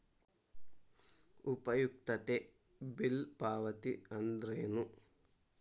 ಉಪಯುಕ್ತತೆ ಬಿಲ್ ಪಾವತಿ ಅಂದ್ರೇನು?